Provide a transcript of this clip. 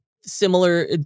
similar